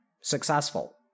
successful